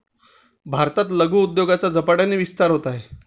भारतात लघु उद्योगाचा झपाट्याने विस्तार होत आहे